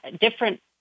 different